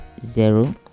zero